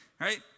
right